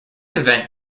event